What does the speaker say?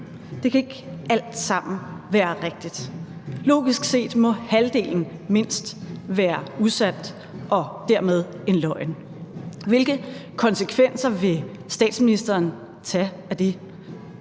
Det kan ikke alt sammen være rigtigt. Logisk set må halvdelen mindst være usandt og dermed en løgn. Hvilke konsekvenser vil statsministeren tage af det?